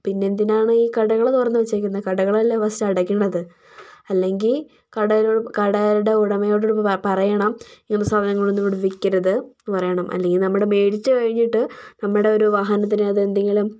പിന്നെന്തിനാണ് ഈ കടകൾ തുറന്നു വച്ചേക്കുന്നത് കടകളല്ലേ ഫസ്റ്റ് അടയ്ക്കേണ്ടത് അല്ലെങ്കിൽ കടകളുടെ ഉടമയോട് പറയണം ഇങ്ങനത്തെ സാധനങ്ങളൊന്നും ഇവിടെ വിൽക്കരുത് പറയണം അല്ലെങ്കിൽ നമ്മുടെ മേടിച്ചു കഴിഞ്ഞിട്ട് നമ്മുടെ ഒരു വാഹനത്തിന് അത് എന്തെങ്കിലും